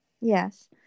Yes